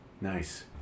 Nice